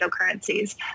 cryptocurrencies